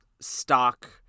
stock